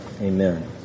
amen